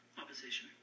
opposition